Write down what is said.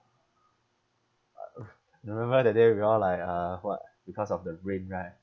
uh oo remember that day we all like uh what because of the rain right